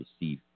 receive